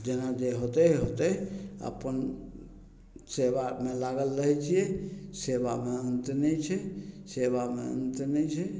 जेना जे होतय होतय अपन सेवामे लागल रहय छियै सेवामे अन्त नहि छै सेवामे अन्त नहि छै